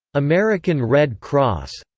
american red cross,